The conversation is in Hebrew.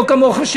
לא כמוך,